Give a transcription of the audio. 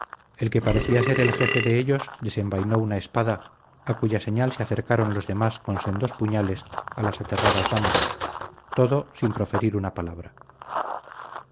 el que parecía ser el jefe de ellos desenvainó una espada a cuya señal se acercaron los demás con sendos puñales a las aterradas damas todo sin proferir una palabra